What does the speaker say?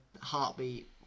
heartbeat